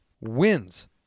wins